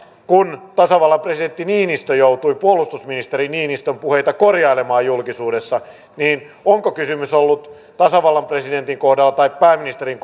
kun tasavallan presidentti niinistö joutui puolustusministeri niinistön puheita korjailemaan julkisuudessa onko kysymys ollut tasavallan presidentin kohdalla tai pääministerin